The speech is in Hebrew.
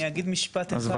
אני אגיד רק אחד,